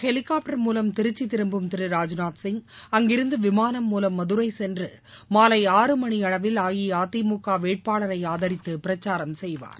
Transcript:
helicopter மூவம் திருக்சி திருக்பும் திரு ராஜ்நூத் சிய் அங்கிருந்து விமாளம் மூவம் மதுரை சென்று மாலை ஆறு மணியளவில் அஇஅதிமுக வேட்பாளரை ஆதரித்து பிரச்சாரம் செய்வார்